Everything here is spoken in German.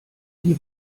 die